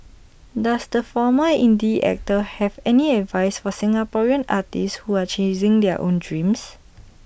does the former indie actor have any advice for Singaporean artists who are chasing their own dreams